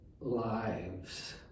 lives